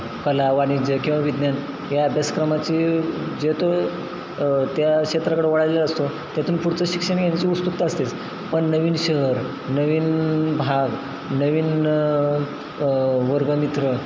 कला वाणिज्य किंवा विज्ञान या अभ्यासक्रमाचे जे तो त्या क्षेत्राकडं वळालेला असतो त्यातून पुढचं शिक्षण घेण्याची उस्तुकता असतेच पण नवीन शहर नवीन भाग नवीन वर्गमित्र